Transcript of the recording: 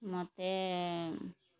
ମୋତେ